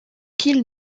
qu’il